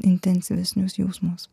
intensyvesnius jausmus